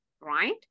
right